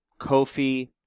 Kofi